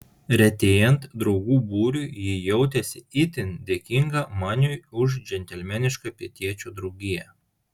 retėjant draugų būriui ji jautėsi itin dėkinga maniui už džentelmenišką pietiečio draugiją